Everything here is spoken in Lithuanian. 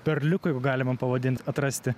perliukų jeigu galima pavadint atrasti